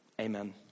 amen